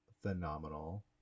phenomenal